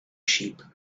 sheep